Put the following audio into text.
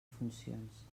funcions